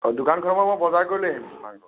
অ' দোকানখনৰ পৰা মই বজাৰ কৰি লৈ আহিম